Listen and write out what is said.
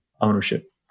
ownership